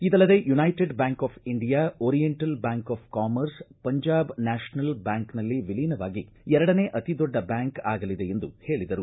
ಇದಲ್ಲದೇ united bank of India oriental bank of commerce Punjab national ಬ್ಯಾಂಕ್ನಲ್ಲಿ ವಿಲೀನವಾಗಿ ಎರಡನೇ ಅತಿ ದೊಡ್ಡ ಬ್ಯಾಂಕ್ ಆಗಲಿದೆ ಎಂದು ಹೇಳಿದರು